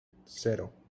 cero